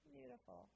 Beautiful